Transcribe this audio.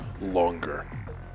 longer